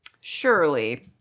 Surely